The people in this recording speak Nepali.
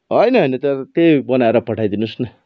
होइन होइन तर त्यही बनाएर पठाइदिनुहोस् न